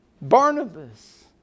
Barnabas